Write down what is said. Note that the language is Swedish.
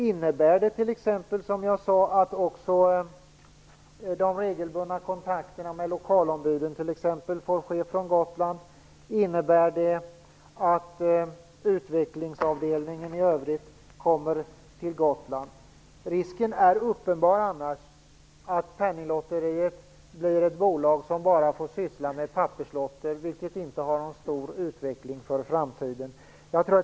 Innebär det t.ex. också att de regelbundna kontakterna med lokalombuden får ske från Gotland? Innebär det att utvecklingsavdelningen i övrigt kommer till Gotland? Annars är risken uppenbar att Penninglotteriet blir ett bolag som bara får syssla med papperslotter, som inte har så stora utvecklingsmöjligheter.